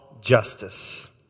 Justice